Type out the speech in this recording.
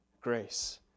grace